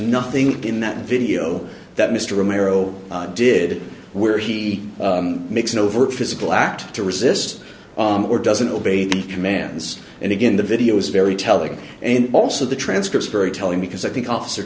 nothing in that video that mr romero did where he makes an overt physical act to resist or doesn't obey the commands and again the video is very telling and also the transcript very telling because i think officer